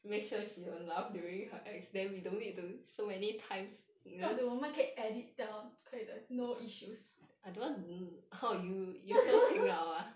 不要紧我们可以 edit 的可以的 no issues